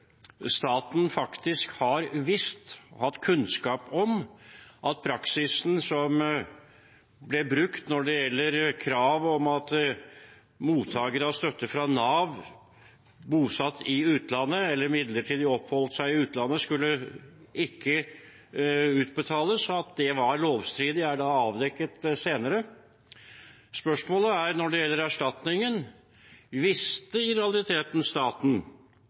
staten faktisk har visst og hatt kunnskap om at praksisen som ble brukt når det gjelder krav om at mottagere av støtte fra Nav som var bosatt i utlandet eller midlertidig oppholdt seg i utlandet, ikke skulle utbetales, var lovstridig. Det er da avdekket senere. Spørsmålet er når det gjelder erstatningen: Visste i realiteten staten